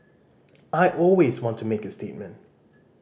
I always want to make a statement